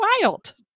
wild